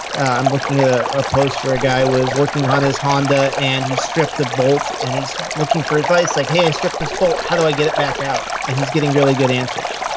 i'm looking at a post where a guy was working on his honda and he stripped a bolt and he's looking for advice like hey, i stripped this bolt, how do i get it back out? and he's getting really good answers.